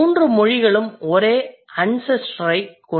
3 மொழிகளும் ஒரே அன்செஸ்டரைக் கொண்டுள்ளன